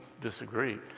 disagree